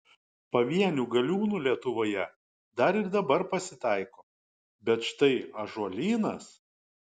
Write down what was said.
pavienių galiūnų lietuvoje dar ir dabar pasitaiko bet štai ąžuolynas